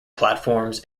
platforms